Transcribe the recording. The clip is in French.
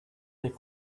les